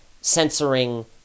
censoring